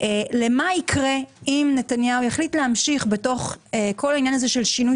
למה יקרה אם נתניהו יחליט להמשיך את כל העניין הזה של שינוי